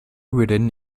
written